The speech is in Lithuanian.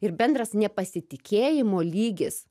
ir bendras nepasitikėjimo lygis